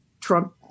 Trump